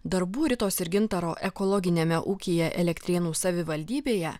darbų ritos ir gintaro ekologiniame ūkyje elektrėnų savivaldybėje